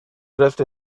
dressed